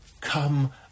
Come